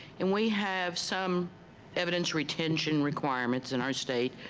and we have some evidence retention requirements in our state,